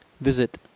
visit